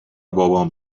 بابام